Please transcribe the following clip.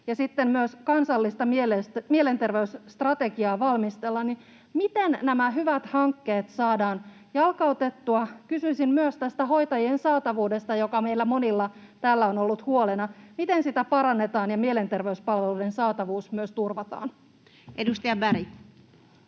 myös kansallista mielenterveysstrategiaa valmistellaan. Miten nämä hyvät hankkeet saadaan jalkautettua? Kysyisin myös tästä hoitajien saatavuudesta, joka meillä monilla täällä on ollut huolena. Miten sitä parannetaan ja myös mielenterveyspalveluiden saatavuus turvataan? Edustaja Berg.